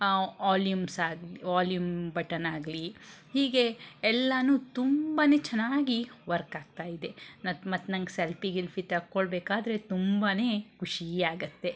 volumes ಆಗಿ volume button ಆಗಲಿ ಹೀಗೆ ಎಲ್ಲನೂ ತುಂಬ ಚೆನ್ನಾಗಿ ವರ್ಕ್ ಆಗ್ತಾಯಿದೆ ಮತ್ತು ಮತ್ತು ನಂಗೆ ಸೆಲ್ಪಿ ಗಿಲ್ಫಿ ತೆಕ್ಕೊಳಬೇಕಾದ್ರೆ ತುಂಬಾ ಖುಷಿಯಾಗುತ್ತೆ